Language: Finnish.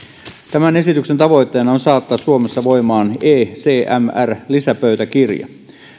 tämän esityksen tavoitteena on saattaa suomessa voimaan ecmr lisäpöytäkirja